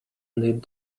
need